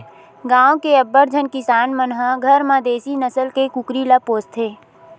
गाँव के अब्बड़ झन किसान मन ह घर म देसी नसल के कुकरी ल पोसथे